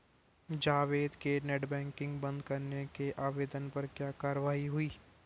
जावेद के net banking बंद करने के आवेदन पर क्या कार्यवाही हुई?